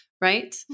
right